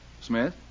Smith